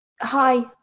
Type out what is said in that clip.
Hi